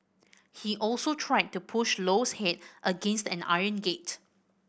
he also tried to push Low's head against an iron gate